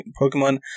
Pokemon